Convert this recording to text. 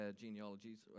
genealogies